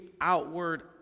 outward